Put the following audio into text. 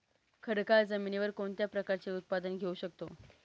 खडकाळ जमिनीवर कोणत्या प्रकारचे उत्पादन घेऊ शकतो?